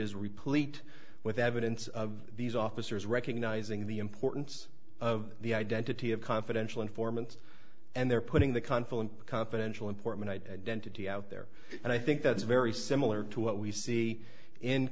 replete with evidence of these officers recognizing the importance of the identity of confidential informants and they're putting the confluent confidential informant identity out there and i think that's very similar to what we see